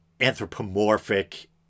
anthropomorphic